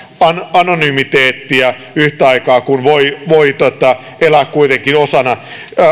anonymiteettia yhtä aikaa kun voi elää kuitenkin osana